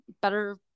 better